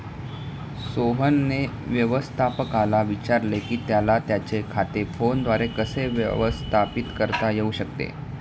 सोहनने व्यवस्थापकाला विचारले की त्याला त्याचे खाते फोनद्वारे कसे व्यवस्थापित करता येऊ शकते